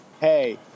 hey